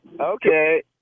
Okay